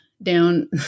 Down